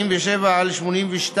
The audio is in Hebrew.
47/82,